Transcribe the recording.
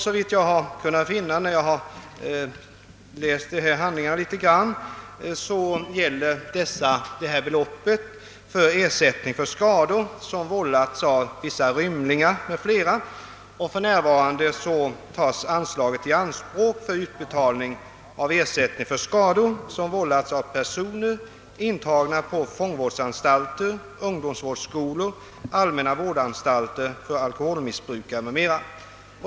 Såvitt jag kunnat finna, när jag läst handlingarna, avser beloppet ersättning för skador, vållade av vissa rymlingar m.fl. För närvarande tas anslaget i anspråk för utbetalning av ersättning för skador som vållats av personer, intagna på fångvårdsanstalter, ungdomsvårdsskolor, allmänna vårdanstalter för alkoholmissbrukare m.m.